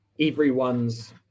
everyone's